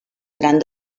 gran